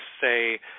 say